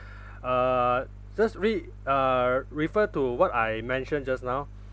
uh just re~ uh refer to what I mentioned just now